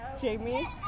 Jamie